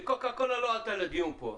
קוקה קולה לא עלתה פה לדיון.